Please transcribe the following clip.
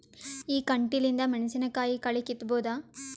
ಈ ಕಂಟಿಲಿಂದ ಮೆಣಸಿನಕಾಯಿ ಕಳಿ ಕಿತ್ತಬೋದ?